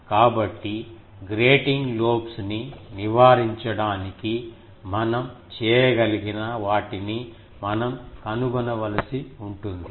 కాబట్టి grating lobes ని నివారించడానికి మనం చేయగలిగిన వాటిని మనం కనుగొనవలసి ఉంటుంది